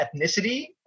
ethnicity